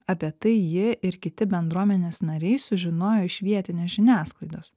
apie tai ji ir kiti bendruomenės nariai sužinojo iš vietinės žiniasklaidos